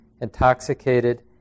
intoxicated